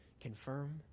confirm